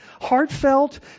heartfelt